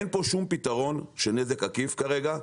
אין פה שום פתרון של נזק עקיף כרגע,